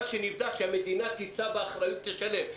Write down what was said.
מה שנפדה שהמדינה תישא באחריות לשלם.